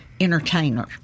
entertainer